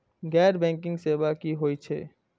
गैर बैंकिंग सेवा की होय छेय?